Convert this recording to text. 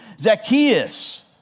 Zacchaeus